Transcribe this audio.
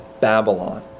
Babylon